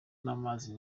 n’amazi